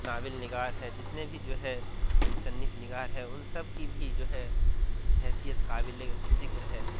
novel نگار ہے جتنے بھی جو ہے مصنف نگار ہے ان سب کی بھی جو ہے حیثیت قابل ذکر ہے